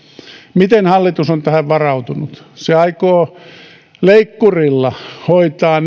miten hallitus on tähän varautunut se aikoo leikkurilla hoitaa